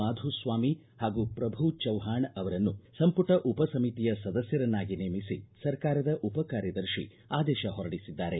ಮಾಧುಸ್ವಾಮಿ ಹಾಗೂ ಪ್ರಭು ಚೌಹಾಣ್ ಅವರನ್ನು ಸಂಪುಟ ಉಪ ಸಮಿತಿಯ ಸದಸ್ಕರನ್ನಾಗಿ ನೇಮಿಸಿ ಸರ್ಕಾರದ ಉಪ ಕಾರ್ಯದರ್ಶಿ ಆದೇಶ ಹೊರಡಿಸಿದ್ದಾರೆ